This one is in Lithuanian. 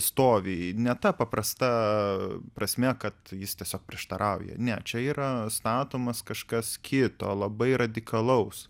stovį ne ta paprasta prasme kad jis tiesiog prieštarauja ne čia yra statomas kažkas kito labai radikalaus